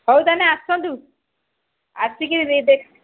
ହଉ ତା'ହେଲେ ଆସନ୍ତୁ ଆସିକରି ଦେଖି